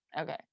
Okay